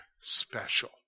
special